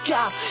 God